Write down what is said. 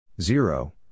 zero